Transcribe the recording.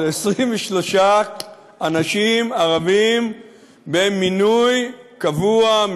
23 אנשים ערבים במינוי קבוע,